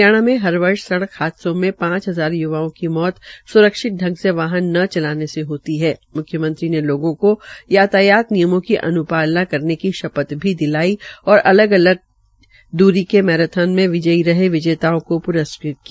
हरियाणा में हर वर्ष सड़क हादसों में पांच हजार य्वाओं की मौत स्रक्षित ांग से वाहन व चलाने से होती है कि म्ख्यमंत्री ने लोगों को यातायात नियमों के अन्पालना करने की शपथ भी दिलाई और अलग अलग दूरी के मैराथन मे विजयी रहे विजेताओं को प्रस्कृत भी किया